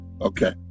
Okay